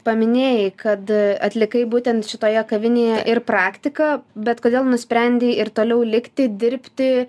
paminėjai kad atlikai būtent šitoje kavinėje ir praktiką bet kodėl nusprendei ir toliau likti dirbti